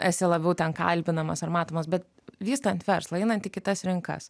esi labiau ten kalbinamas ar matomas bet vystant verslą einant į kitas rinkas